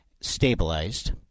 stabilized –